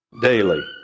daily